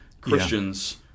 Christians